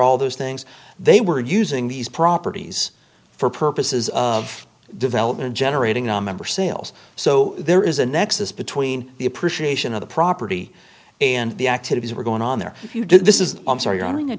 all those things they were using these properties for purposes of development generating nonmember sales so there is a nexus between the appreciation of the property and the activities were going on there if you did this is i'm sorry you're entering a